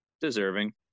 Deserving